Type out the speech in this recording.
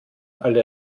alle